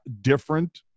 different